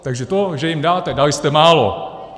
Takže to, že jim dáte, dali jste málo!